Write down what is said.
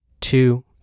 two